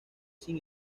sin